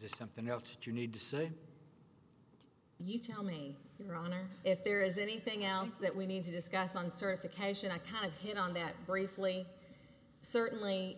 there's something else you need to say you tell me your honor if there is anything else that we need to discuss on certification i kind of hit on that briefly certainly